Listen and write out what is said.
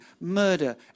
murder